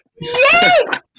Yes